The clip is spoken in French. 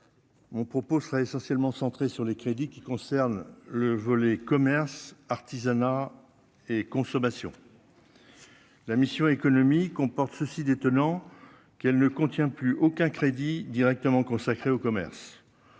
mon propos sera essentiellement centré sur les crédits qui concerne le volet commerce Artisanat, et consommation la mission économique on porte ceci d'étonnant qu'elle ne contient plus aucun crédit directement consacré au commerce,